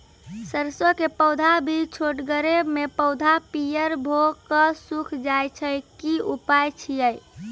सरसों के पौधा भी छोटगरे मे पौधा पीयर भो कऽ सूख जाय छै, की उपाय छियै?